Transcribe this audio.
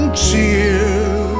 cheer